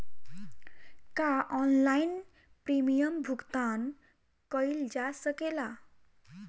का online premium भुगतान कईल जा सकेला?